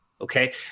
Okay